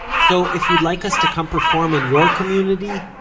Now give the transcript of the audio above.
so if you'd like us to come perform in your community,